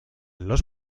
los